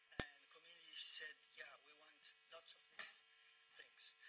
and communities said yeah, we want lots of these things.